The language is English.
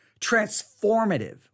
transformative